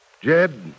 Jed